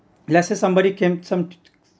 let's say somebody came some